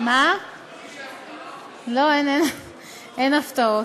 לא, אין הפתעות.